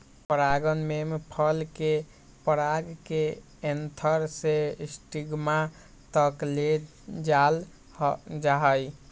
परागण में फल के पराग के एंथर से स्टिग्मा तक ले जाल जाहई